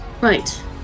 Right